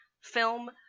film